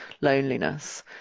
loneliness